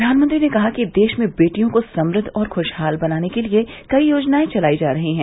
प्रधानमंत्री ने कहा कि देश में बेटियों को समृद्ध और खुशहाल बनाने के लिये कई योजनायें चलाई जा रही है